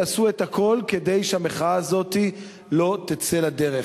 יעשו את הכול כדי שהמחאה הזאת לא תצא לדרך.